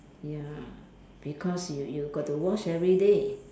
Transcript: ya because you you got to wash everyday